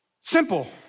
Simple